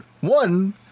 One